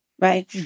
Right